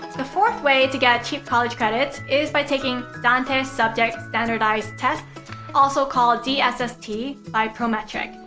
the fourth way to get cheap college credits is by taking dante's subject standardized tests also called dsst by prometric.